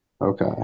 Okay